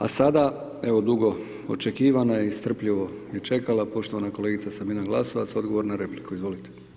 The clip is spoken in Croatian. A sada, evo dugo očekivana i strpljivo je čekala, poštovana kolegica Sabina Glasovac, odgovor na repliku, izvolite.